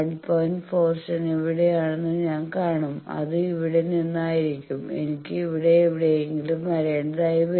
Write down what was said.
47 എവിടെയാണെന്ന് ഞാൻ കാണണം അത് ഇവിടെ നിന്ന് ആയിരിക്കും എനിക്ക് ഇവിടെ എവിടെയെങ്കിലും വരേണ്ടതായി വരും